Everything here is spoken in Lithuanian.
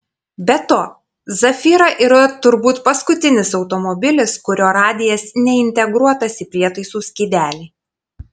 be to zafira yra turbūt paskutinis automobilis kurio radijas neintegruotas į prietaisų skydelį